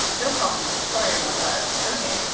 no problem. sorry about that. ok,